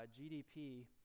GDP